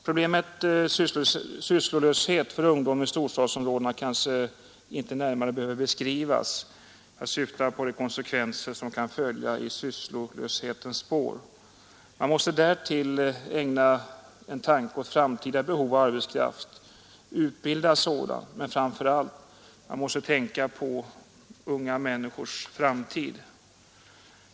Problemet sysslolöshet för ungdom i storstadsområdena kanske inte närmare behöver beskrivas. Jag syftar på de konsekvenser som kan följa i sysslolöshetens spår. Man måste också ägna en tanke åt framtida behov av utbildad arbetskraft, men framför allt måste man tänka på unga människors framtid.